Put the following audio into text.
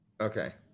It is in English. Okay